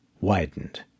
widened